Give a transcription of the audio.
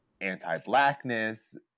anti-Blackness